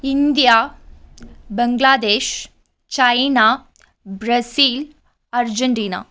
India Bangladesh China Brazil Argentina